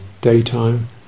daytime